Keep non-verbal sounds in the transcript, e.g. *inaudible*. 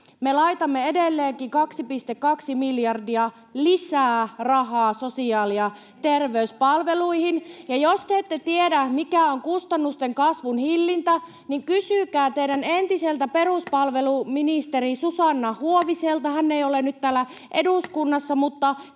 laitamme edelleenkin 2,2 miljardia lisää rahaa sosiaali- ja terveyspalveluihin, ja jos te ette tiedä, mitä on kustannusten kasvun hillintä, *noise* niin kysykää teidän entiseltä peruspalveluministeri Susanna Huoviselta. Hän ei ole nyt täällä eduskunnassa, mutta teillä